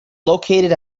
located